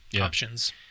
options